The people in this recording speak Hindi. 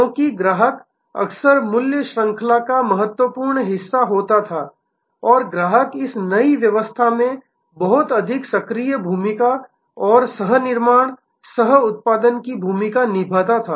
क्योंकि ग्राहक अक्सर मूल्य श्रृंखला का महत्वपूर्ण हिस्सा होता था और ग्राहक इस नई व्यवस्था में बहुत अधिक सक्रिय भूमिका और सह निर्माण सह उत्पादन की भूमिका निभाता था